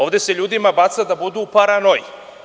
Ovde se ljudima baca da budu u paranoji.